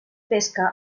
pesca